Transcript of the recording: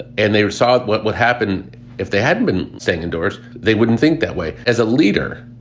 and they saw what would happen if they hadn't been staying indoors. they wouldn't think that way as a leader.